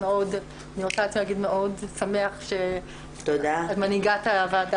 מאוד שמחות שאת מנהיגה את הוועדה